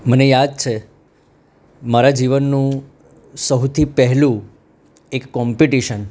મને યાદ છે મારા જીવનનું સૌથી પેહલું કોમ્પિટિશન